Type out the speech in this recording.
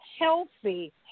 healthy